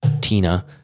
Tina